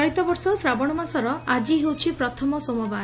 ଚଳିତବର୍ଷ ଶ୍ରାବଣ ମାସର ଆଜି ହେଉଛି ପ୍ରଥମ ସୋମବାର